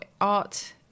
art